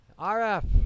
RF